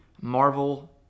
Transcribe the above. marvel